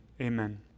Amen